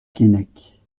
keinec